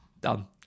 Done